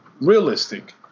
realistic